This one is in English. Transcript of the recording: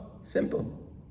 Simple